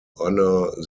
honour